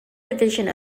division